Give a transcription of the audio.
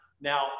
now